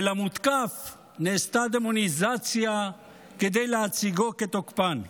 ולמותקף נעשתה דמוניזציה כדי להציגו כתוקפן.